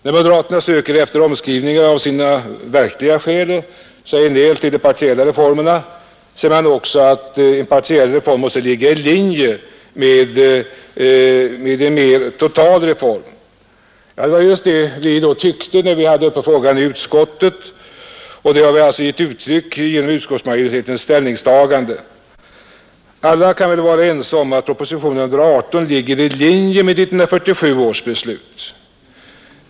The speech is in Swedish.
När moderaterna söker efter omskrivningar av sina verkliga skäl att säga nej till de partiella reformerna säger de också att en partiell reform måste ligga i linje med en mer total reform. Ja, det var just vad vi tyckte när vi hade frågan uppe i utskottet, och det har vi givit uttryck åt i utskottsmajoritetens ställningstagande. Alla kan vi väl vara överens om att proposition nr 118 ligger i linje med 1947 års beslut.